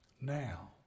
Now